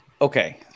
Okay